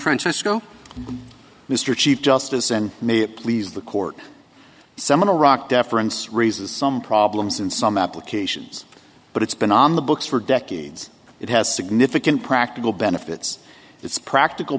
francesco mr chief justice and may it please the court some of the rock deference raises some problems and some applications but it's been on the books for decades it has significant practical benefits it's practical